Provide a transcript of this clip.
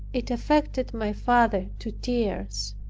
it affected my father to tears.